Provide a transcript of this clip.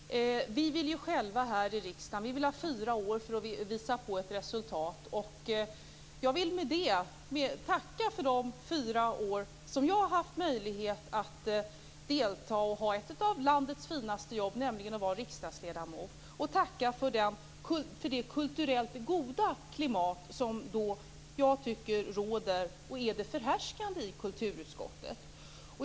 Vi vill själva här i riksdagen ha fyra år på oss för att visa på ett resultat. Jag vill tacka för de fyra år som jag har haft möjlighet att delta och ha ett av landets finaste jobb, nämligen att vara riksdagsledamot. Jag vill tacka för det kulturellt goda klimat som jag tycker råder och är det förhärskande i kulturutskottet.